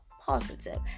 positive